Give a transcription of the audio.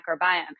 microbiome